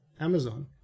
Amazon